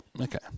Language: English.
okay